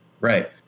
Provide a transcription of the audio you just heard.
Right